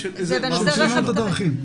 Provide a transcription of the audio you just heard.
תאונות דרכים.